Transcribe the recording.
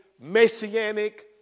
messianic